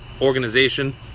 organization